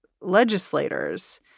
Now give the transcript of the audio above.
legislators